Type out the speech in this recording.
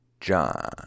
John